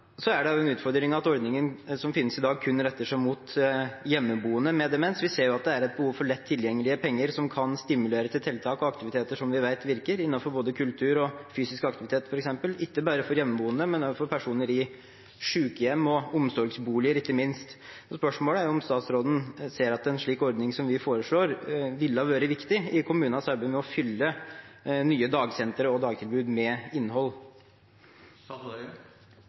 Det er også en utfordring at den ordningen som finnes i dag, kun retter seg mot hjemmeboende med demens. Vi ser at det er et behov for lett tilgjengelige penger som kan stimulere til tiltak og aktiviteter som vi vet virker innenfor f.eks. både kultur og fysisk aktivitet – ikke bare for hjemmeboende, men ikke minst også for personer i sykehjem og omsorgsboliger. Spørsmålet er om statsråden ser at en slik ordning som vi foreslår, ville ha vært viktig i kommunenes arbeid med å fylle nye dagsentre og dagtilbud med innhold.